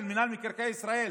של מינהל מקרקעי ישראל,